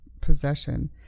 possession